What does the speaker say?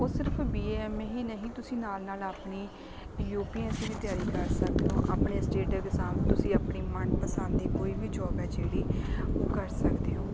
ਉਹ ਸਿਰਫ B A M A ਹੀ ਨਹੀਂ ਤੁਸੀਂ ਨਾਲ ਨਾਲ ਆਪਣੀ ਯੂ ਪੀ ਐਸ ਸੀ ਦੀ ਤਿਆਰੀ ਕਰ ਸਕਦੇ ਹੋ ਆਪਣੇ ਸਟੇਟ ਐਗਜ਼ਾਮ ਤੁਸੀਂ ਆਪਣੀ ਮਨਪਸੰਦ ਦੀ ਕੋਈ ਵੀ ਜੋਬ ਹੈ ਜਿਹੜੀ ਉਹ ਕਰ ਸਕਦੇ ਹੋ